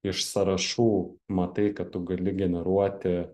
iš sąrašų matai kad tu gali generuoti